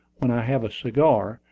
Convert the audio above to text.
when i have a cigar,